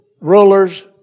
rulers